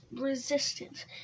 resistance